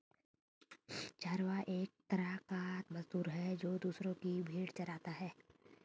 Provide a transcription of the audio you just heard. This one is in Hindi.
चरवाहा एक तरह का मजदूर है, जो दूसरो की भेंड़ चराता है